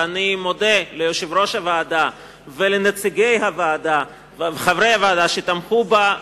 ואני מודה ליושב-ראש הוועדה ולחברי הוועדה שתמכו בה,